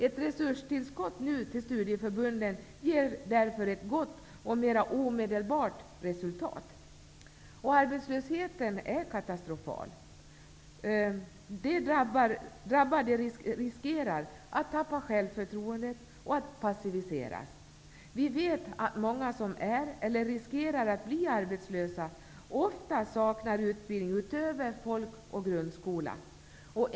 Ett resurstillskott nu till studieförbunden ger därför ett gott och mera omedelbart resultat. Arbetslösheten är katastrofal. De drabbade riskerar att tappa självförtroendet och att passiviseras. Vi vet att många som är eller riskerar att bli arbetslösa ofta saknar utbildning utöver folkskola eller grundskola.